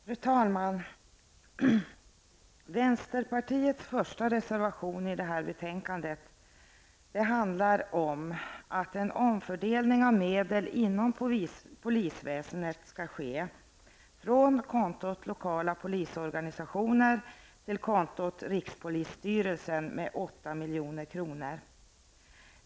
Fru talman! Vänsterpartiets första reservation i detta betänkande handlar om att en omfördelning av medel inom polisväsendet skall ske från kontot lokala polisorganisationer till kontot rikspolisstyrelsen med 8 milj.kr.